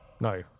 No